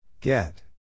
Get